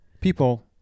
people